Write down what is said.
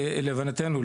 להבנתנו,